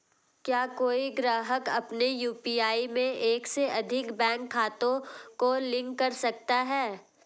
क्या कोई ग्राहक अपने यू.पी.आई में एक से अधिक बैंक खातों को लिंक कर सकता है?